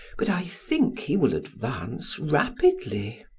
but i think he will advance rapidly.